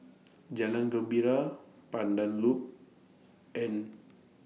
Jalan Gembira Pandan Loop and